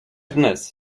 dnes